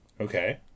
Okay